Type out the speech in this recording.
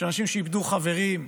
יש אנשים שאיבדו חברים,